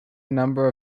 number